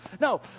No